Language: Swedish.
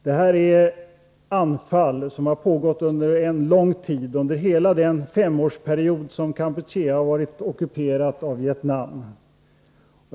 Det här är anfall som har pågått under en lång tid — under hela den femårsperiod som Kampuchea varit ockuperat av Vietnam.